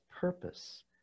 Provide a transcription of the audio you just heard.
purpose